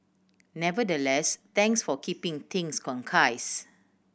nevertheless thanks for keeping things concise